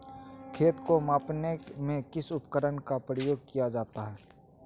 खेत को मापने में किस उपकरण का उपयोग किया जाता है?